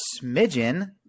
smidgen